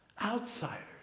Outsiders